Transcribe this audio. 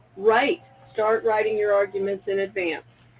write, start writing your arguments in advance.